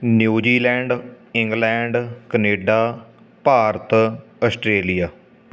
New Zealand England Canada Bharat Australia